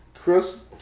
Chris